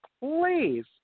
please